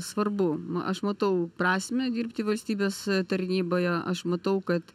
svarbu aš matau prasmę dirbti valstybės tarnyboje aš matau kad